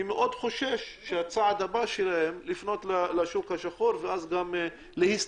אני מאוד חושש שהצעד הבא שלהם יהיה לפנות לשוק השחור ואז להסתבך